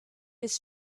his